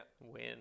win